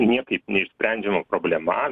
niekaip neišsprendžiama problema